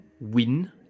win